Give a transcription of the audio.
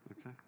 Okay